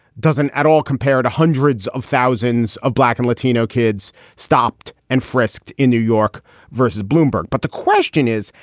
doesn't at all compare to hundreds of thousands of black and latino kids stopped and frisked in new york vs. bloomberg. but the question is,